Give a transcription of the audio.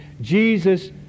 Jesus